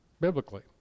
biblically